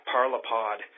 Parlapod